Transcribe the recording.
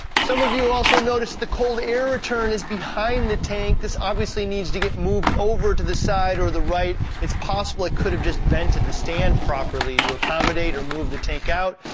some of you will also notice that the cold air return is behind the tank. this obviously needs to get moved over to the side or the right. it's possible i could have just vented the stand properly to accommodate or move the tank out,